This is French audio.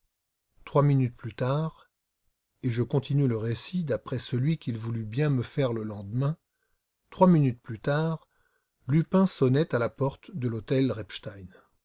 trois minutes plus tard et je continue le récit d'après celui qu'il voulut bien me faire le lendemain trois minutes plus tard lupin sonnait à la porte de l'hôtel